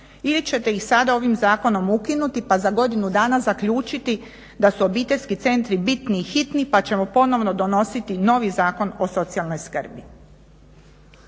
ili ćete ih sada ovim zakonom ukinuti pa za godinu dana zaključiti da su obiteljski centri bitni i hitni pa ćemo ponovno donositi novi Zakon o socijalnoj skrbi.